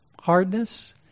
hardness